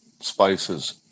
Spices